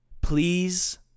Please